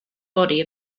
body